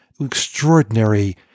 extraordinary